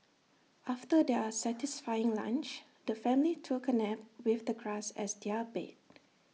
after their satisfying lunch the family took A nap with the grass as their bed